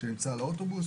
שנמצא על האוטובוס,